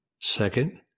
second